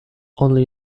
only